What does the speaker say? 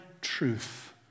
truth